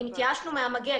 אם התייאשנו מהמגן,